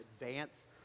Advance